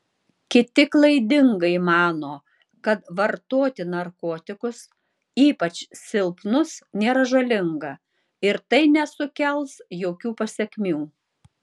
kiti klaidingai mano kad vartoti narkotikus ypač silpnus nėra žalinga ir tai nesukels jokių pasekmių